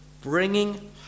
bringing